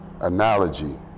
analogy